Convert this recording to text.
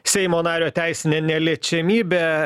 seimo nario teisinę neliečiamybę